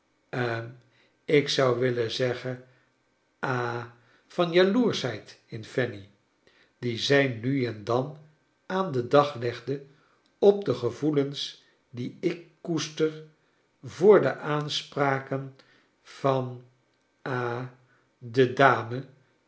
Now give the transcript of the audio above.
hm ik zou willen zeggen ha van jaloerschheid in fanny die zij nu en dan aan den dag legde op de gevoelens die ik koester voor de aanspraken van ha de dame